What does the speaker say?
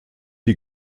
die